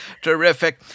terrific